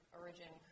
origin